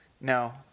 No